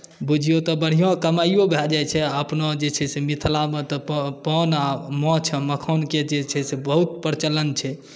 बुझियौ तऽ बढ़िआँ कमाइओ भए जाइत छै आ अपना जे छै से मिथिलामे तऽ पान आ माछ आ मखानके जे छै से बहुत प्रचलन छै